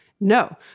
No